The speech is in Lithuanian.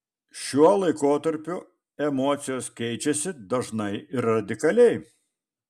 šiuo laikotarpiu emocijos keičiasi dažnai ir radikaliai